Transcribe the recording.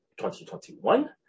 2021